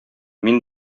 мин